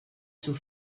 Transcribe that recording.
zur